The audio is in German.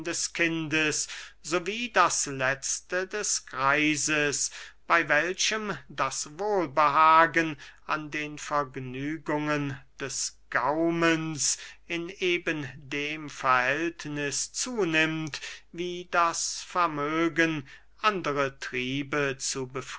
kindes so wie das letzte des greises bey welchem das wohlbehagen an den vergnügungen des gaumens in eben dem verhältniß zunimmt wie das vermögen andre triebe